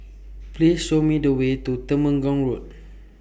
Please Show Me The Way to Temenggong Road